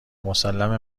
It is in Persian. مسلمه